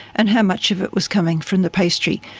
and how much of it was coming from the pastry.